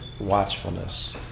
watchfulness